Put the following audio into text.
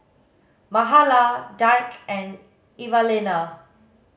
Mahala Dirk and Evelena